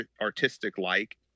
artistic-like